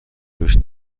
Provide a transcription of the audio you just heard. روش